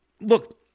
look